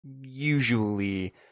usually